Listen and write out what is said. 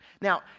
now